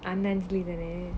அந்த:antha auntie தான:thaana